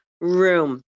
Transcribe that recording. room